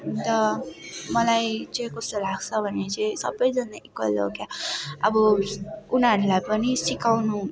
अन्त मलाई चाहिँ कस्तो लाग्छ भने चाहिँ सबैजना इक्वल हो क्या अब उनीहरूलाई पनि सिकाउनु